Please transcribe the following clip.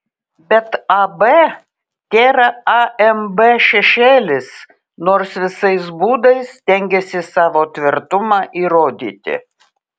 bet ab tėra amb šešėlis nors visais būdais stengiasi savo tvirtumą įrodyti